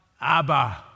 Abba